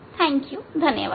Thank you धन्यवाद